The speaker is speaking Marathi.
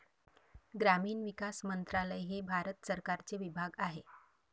ग्रामीण विकास मंत्रालय हे भारत सरकारचे विभाग आहे